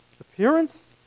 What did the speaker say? appearance